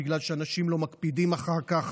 בגלל שאנשים לא מקפידים אחר כך,